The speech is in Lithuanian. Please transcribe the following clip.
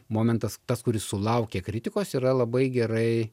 momentas tas kuris sulaukia kritikos yra labai gerai